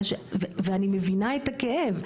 ואני מבינה את הכאב,